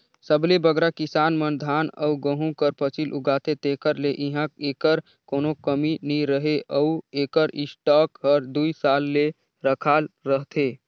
सबले बगरा किसान मन धान अउ गहूँ कर फसिल उगाथें तेकर ले इहां एकर कोनो कमी नी रहें अउ एकर स्टॉक हर दुई साल ले रखाल रहथे